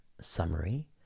summary